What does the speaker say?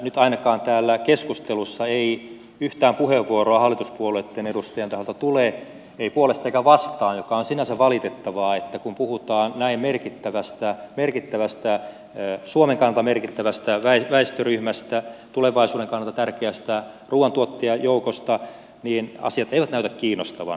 nyt ainakaan täällä keskustelussa ei yhtään puheenvuoroa hallituspuolueitten edustajien taholta tule ei puolesta eikä vastaan mikä on sinänsä valitettavaa että kun puhutaan suomen kannalta näin merkittävästä väestöryhmästä tulevaisuuden kannalta tärkeästä ruuantuottajajoukosta niin asiat eivät näytä kiinnostavan